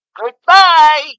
Goodbye